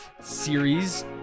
series